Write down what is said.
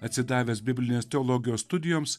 atsidavęs biblinės teologijos studijoms